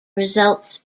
results